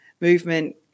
movement